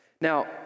Now